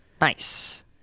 Nice